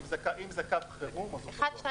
אם זה קו חירום אז הוא פתוח.